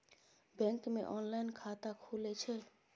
Bank मे online खाता खुले छै?